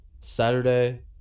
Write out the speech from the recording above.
Saturday